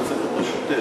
אני צריך את רשותך.